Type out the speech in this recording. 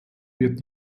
wird